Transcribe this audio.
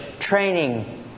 training